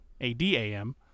A-D-A-M